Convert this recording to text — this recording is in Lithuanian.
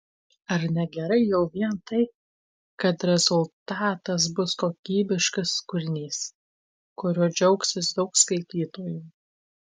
ar ne gerai jau vien tai kad rezultatas bus kokybiškas kūrinys kuriuo džiaugsis daug skaitytojų